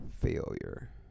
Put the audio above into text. failure